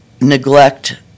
neglect